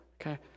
Okay